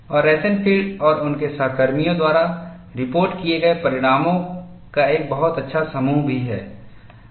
और रोसेनफील्ड और उनके सहकर्मियों द्वारा रिपोर्ट किए गए परिणामों का एक बहुत अच्छा समूह भी है